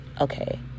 Okay